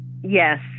Yes